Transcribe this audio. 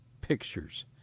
pictures